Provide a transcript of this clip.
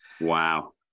Wow